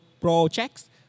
projects